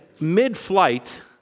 mid-flight